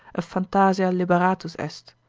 a phantasia liberatus est,